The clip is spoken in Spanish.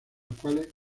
cuales